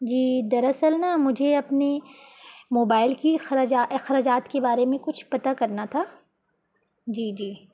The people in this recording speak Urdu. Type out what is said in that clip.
جی دراصل نا مجھے اپنی موبائل کی اخراجات کے بارے میں کچھ پتہ کرنا تھا جی جی